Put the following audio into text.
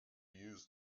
use